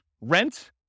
rent